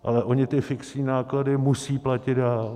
Ale oni ty fixní náklady musí platit dál.